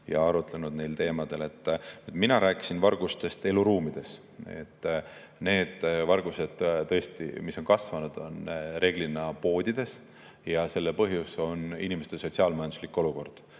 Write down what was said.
ja arutlesime neil teemadel. Mina rääkisin [praegu] vargustest eluruumides. Need vargused, mis on tõesti kasvanud, on reeglina poodidest ja selle põhjus on inimeste sotsiaal-majanduslik olukord.